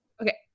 Okay